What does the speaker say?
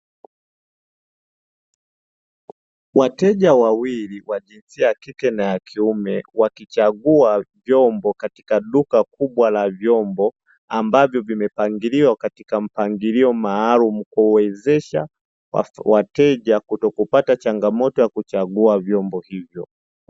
Wateja wawili wa jinsia ya kike na ya kiume, wakichagua vyombo katika duka kubwa la vyombo ambavyo vimepangiliwa katika mpangilio maalumu kuwezwsha wateja kutokupata changamoto ya kuchagua vyombo hivyo.